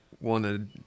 wanted